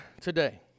today